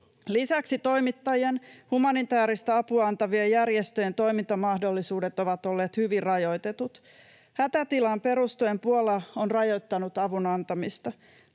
Lisäksi toimittajien ja humanitääristä apua antavien järjestöjen toimintamahdollisuudet ovat olleet hyvin rajoitetut. Hätätilaan perustuen Puola on rajoittanut avun antamista.